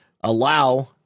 allow